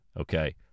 okay